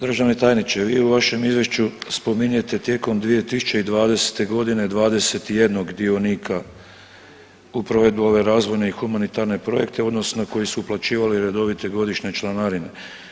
Državni tajniče vi u vašem izvješću spominjete tijekom 2020. godine 21 dionika u provedbi ove razvojne i humanitarne projekte u odnosu na koji su uplaćivali redovite godišnje članarine.